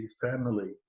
family